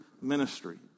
ministry